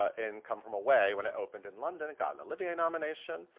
ah in come from away when it opened in london and got an olivier nomination,